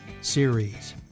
series